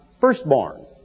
firstborn